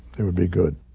it would be good.